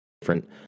different